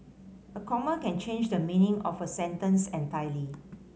a comma can change the meaning of a sentence entirely